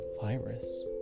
virus